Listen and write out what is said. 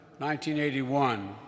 1981